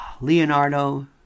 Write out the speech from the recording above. Leonardo